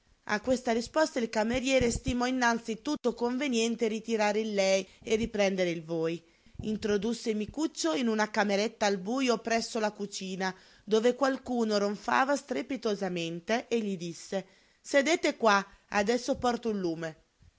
a questa risposta il cameriere stimò innanzi tutto conveniente ritirare il lei e riprendere il voi introdusse micuccio in una cameretta al bujo presso la cucina dove qualcuno ronfava strepitosamente e gli disse sedete qua adesso porto un lume